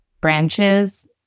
branches